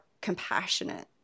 compassionate